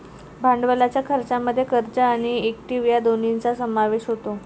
भांडवलाच्या खर्चामध्ये कर्ज आणि इक्विटी या दोन्हींचा समावेश होतो